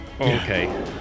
Okay